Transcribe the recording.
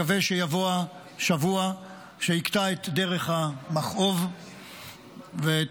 מקווה שיבוא השבוע שיקטע את דרך המכאוב ואת